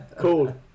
Cool